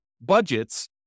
budgets